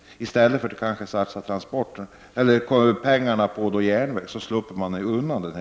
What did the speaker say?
Om man i stället hade satsat på järnväg, hade man sluppit att satsa resurser på de här vägarna.